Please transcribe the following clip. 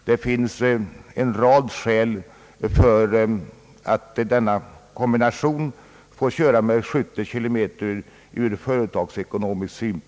Det finns ur företagsekonomisk synvinkel en rad skäl för att den tidigare omtalade fordonskombinationen får köra med 70 km/tim.